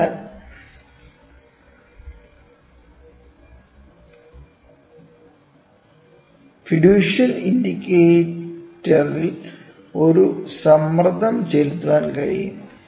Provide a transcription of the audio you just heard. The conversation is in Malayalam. അതിനാൽ ഫിഡ്യൂഷ്യൽ ഇൻഡിക്കേറ്ററിൽ ഒരു സമ്മർദ്ദം ചെലുത്താൻ കഴിയും